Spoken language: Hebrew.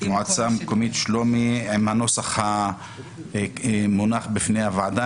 למועצה המקומית שלומי בנוסח שמונח בפני הוועדה